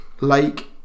lake